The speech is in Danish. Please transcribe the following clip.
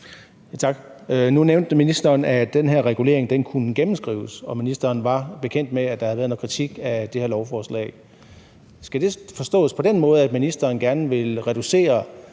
Tak. Nu nævnte ministeren, at den her regulering kunne gennemskrives, og at ministeren var bekendt med, at der havde været noget kritik af det her lovforslag. Skal det forstås på den måde, at ministeren gerne vil reducere